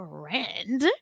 Friend